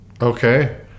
Okay